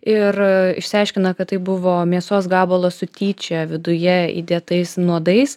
ir išsiaiškina kad tai buvo mėsos gabalas su tyčia viduje įdėtais nuodais